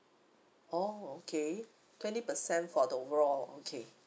oh okay twenty percent for the overall okay